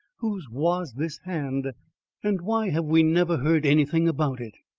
whose was this hand and why have we never heard anything about it?